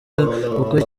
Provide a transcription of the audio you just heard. uko